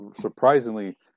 surprisingly